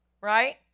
right